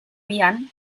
bian